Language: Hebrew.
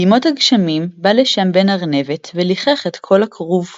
בימות הגשמים בא לשם בן-ארנבת ולחך את כל הכרוב.